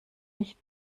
nicht